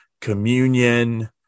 communion